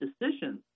decisions